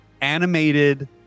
animated